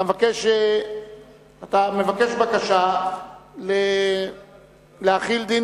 התשס"ח 2008. אתה מבקש להחיל דין